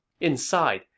Inside